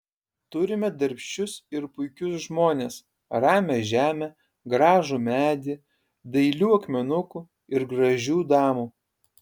turime darbščius ir puikius žmones ramią žemę gražų medį dailių akmenukų ir gražių damų